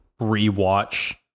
rewatch